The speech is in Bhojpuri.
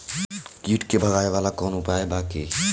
कीट के भगावेला कवनो उपाय बा की?